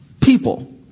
people